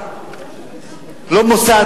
לא מוסד,